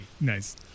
Nice